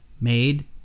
made